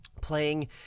playing